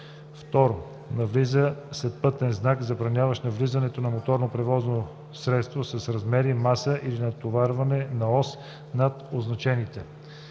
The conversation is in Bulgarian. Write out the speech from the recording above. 2. навлиза след пътен знак, забраняващ навлизането на моторно превозно средство с размери, маса или натоварване на ос над означените.”